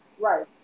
Right